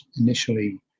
initially